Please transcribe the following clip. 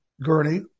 gurney